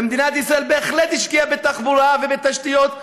ומדינת ישראל בהחלט השקיעה בתחבורה ובתשתיות.